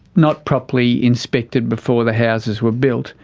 not properly inspected before the houses were built,